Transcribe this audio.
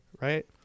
right